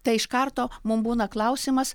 tai iš karto mum būna klausimas